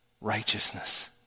righteousness